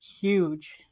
huge